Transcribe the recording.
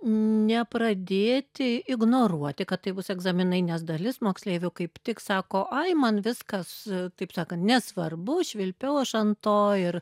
nepradėti ignoruoti kad tai bus egzaminai nes dalis moksleivių kaip tik sako ai man viskas taip sakant nesvarbu švilpiau aš ant to ir